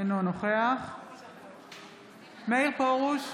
אינו נוכח מאיר פרוש,